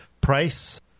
price